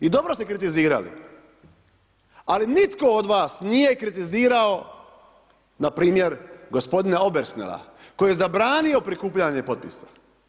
I dobro ste kritizirali, ali nitko od vas nije kritizirao npr. gospodina Obersnela koji je zabranio prikupljanje potpisa.